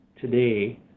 today